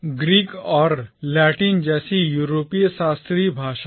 Greek और Latin जैसी यूरोपीय शास्त्रीय भाषाएं